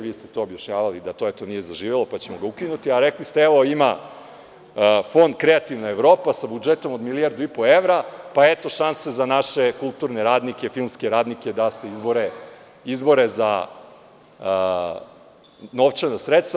Vi ste objašnjavali da to, eto, nije zaživelo, pa ćemo ga ukinuti, a rekli ste – evo, ima Fond „Kreativna Evropa“ sa budžetom od milijardu i po evra, pa eto šanse za naše kulturne radnike, filmske radnike da se izbore za novčana sredstva.